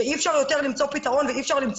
שאי אפשר יותר למצוא פתרון ואי אפשר למצוא